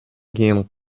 кийин